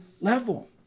level